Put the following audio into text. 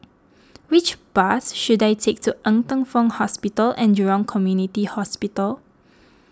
which bus should I take to Ng Teng Fong Hospital and Jurong Community Hospital